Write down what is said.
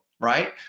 right